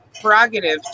prerogative